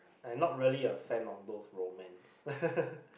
I not really a fan of those romance